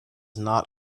not